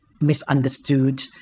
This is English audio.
misunderstood